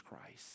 Christ